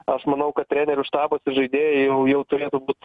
aš manau kad trenerių štabas ir žaidėjai jau jau turėtų būt